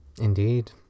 Indeed